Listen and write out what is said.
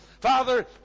Father